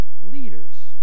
leaders